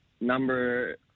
number